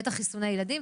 בטח חיסוני ילדים.